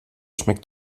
schmeckt